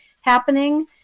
happening